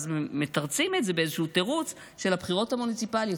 אז מתרצים את זה באיזשהו תירוץ של הבחירות המוניציפליות.